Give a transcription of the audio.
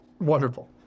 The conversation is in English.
Wonderful